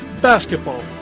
basketball